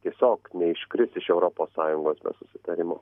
tiesiog neiškris iš europos sąjungos be susitarimo